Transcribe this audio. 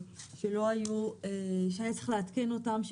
שהיה צריך לעדכן אותם,